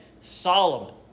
Solomon